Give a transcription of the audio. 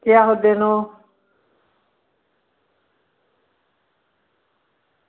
आहो बोल्लो